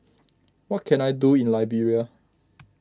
what can I do in Liberia